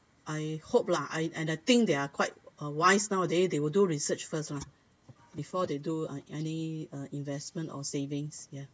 I hope lah I and I think they're quite uh wise nowadays they will do research first lah before they do uh any uh investment or savings ya